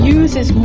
uses